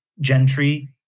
Gentry